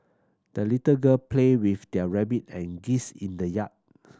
the little girl played with their rabbit and geese in the yard